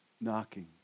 knocking